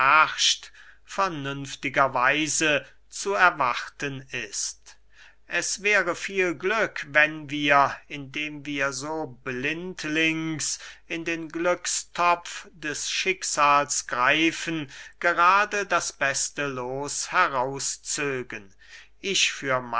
vernünftiger weise zu erwarten ist es wäre viel glück wenn wir indem wir so blindlings in den glückstopf des schicksals greifen gerade das beste loos heraus zögen ich für